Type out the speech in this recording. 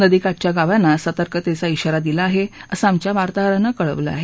नदीकाठच्या गावांना सतर्कतेचा विवारा दिला आहे असं आमच्या वार्ताहरानं कळवलं आहे